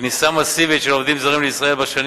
כניסה מסיבית של עובדים זרים לישראל בשנים